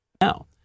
now